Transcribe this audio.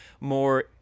more